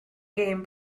gêm